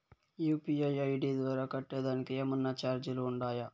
UPI ID ద్వారా కట్టేదానికి ఏమన్నా చార్జీలు ఉండాయా?